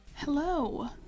Hello